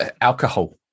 alcohol